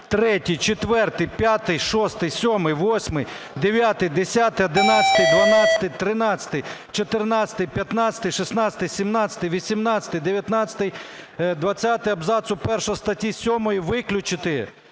3, 4, 5, 6, 7, 8, 9, 10, 11, 12, 13, 14, 15, 16, 17, 18, 19, 20 абзацу першого статті 7 виключити,